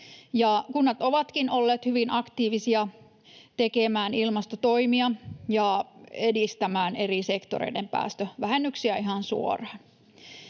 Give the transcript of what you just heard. Kunnat ovatkin olleet hyvin aktiivisia tekemään ilmastotoimia ja edistämään eri sektoreiden päästövähennyksiä ihan suoraan.